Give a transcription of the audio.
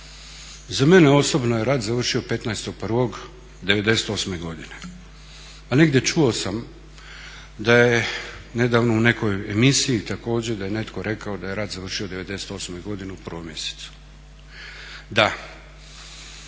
Za mene osobno je rat završio 15.1.'98.godine, a negdje čuo sam da je nedavno u nekoj emisiji također da je netko rekao da je rat završio '98.godine u 1.mjesecu. Da.